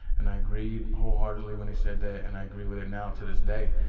and i agreed wholeheartedly when he said that, and i agree with it now to this day,